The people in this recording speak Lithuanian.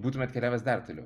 būtumėt keliavęs dar toliau